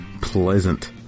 pleasant